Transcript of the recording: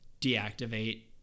deactivate